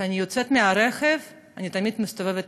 כשאני יוצאת מהרכב אני תמיד מסתובבת